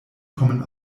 kommen